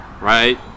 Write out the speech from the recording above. right